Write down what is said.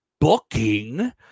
Booking